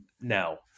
now